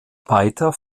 weiter